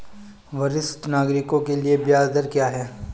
वरिष्ठ नागरिकों के लिए ब्याज दर क्या हैं?